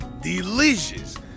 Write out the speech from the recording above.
Delicious